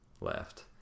left